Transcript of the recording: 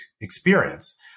experience